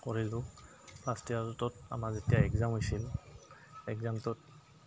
কৰিলোঁ ফাৰ্ষ্ট ইয়াৰটোত আমাৰ যেতিয়া এগজাম হৈছিল এগজামটোত